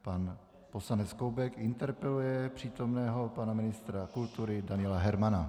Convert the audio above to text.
Pan poslanec Koubek interpeluje přítomného pana ministra kultury Daniela Hermana.